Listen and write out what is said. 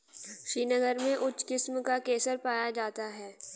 श्रीनगर में उच्च किस्म का केसर पाया जाता है